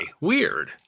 Weird